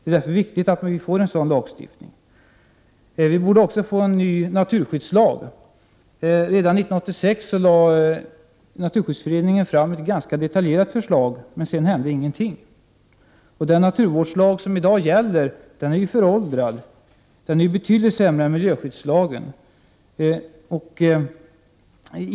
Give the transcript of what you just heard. Det är därför viktigt att vi får den lagstiftning som jag har talat om. Vi borde också få en ny naturskyddslag. Redan 1986 lade Naturskyddsföreningen fram ett ganska detaljerat förslag, men sedan hände ingenting. Den naturvårdslag som i dag gäller är ju föråldrad. Den är betydligt sämre än miljöskyddslagen.